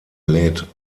lädt